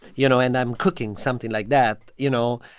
you know, and i'm cooking something like that, you know,